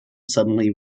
suddenly